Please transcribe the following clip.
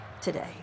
today